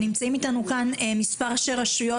נמצאים איתנו כאן מספר ראשי רשויות